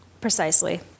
precisely